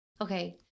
Okay